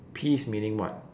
peeves meaning what